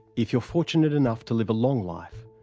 if you're fortunate enough to live a long life,